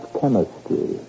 chemistry